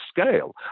scale